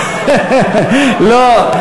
לא.